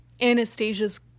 Anastasia's